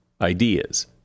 ideas